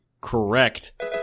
correct